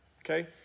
Okay